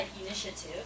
initiative